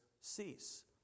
cease